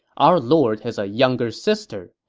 our lord has a younger sister.